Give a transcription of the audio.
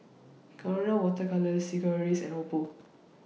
Colora Water Colours Sigvaris and Oppo